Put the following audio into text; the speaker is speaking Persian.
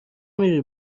میری